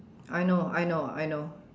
I know I know I know